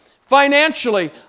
financially